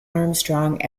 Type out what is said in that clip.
armstrong